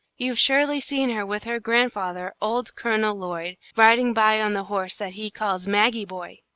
you've surely seen her with her grandfather, old colonel lloyd, riding by on the horse that he calls maggie boy.